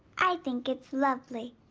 i think it's lovely.